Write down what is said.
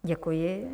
Děkuji.